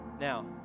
Now